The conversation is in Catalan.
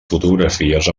fotografies